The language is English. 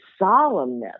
solemnness